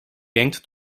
denkt